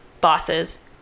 bosses